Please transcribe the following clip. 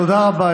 תודה רבה.